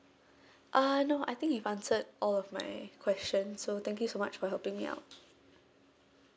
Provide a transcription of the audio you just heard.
uh no I think you've answered all of my question so thank you so much for helping me out